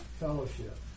fellowship